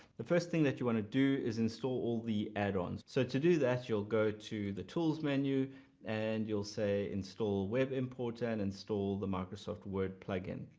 the first thing that you want to do is install all the add-ons so to do that you'll go to the tools menu and you'll say install web importer and install the microsoft word plugin.